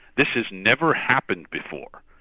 this has never happened before,